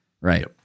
Right